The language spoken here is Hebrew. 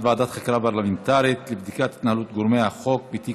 ועדת חקירה פרלמנטרית לבדיקת התנהלות גורמי החוק בתיק